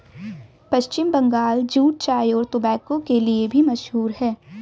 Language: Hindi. पश्चिम बंगाल जूट चाय और टोबैको के लिए भी मशहूर है